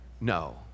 No